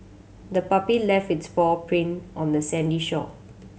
the puppy left its paw print on the sandy shore